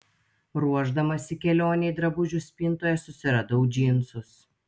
ruošdamasi kelionei drabužių spintoje susiradau džinsus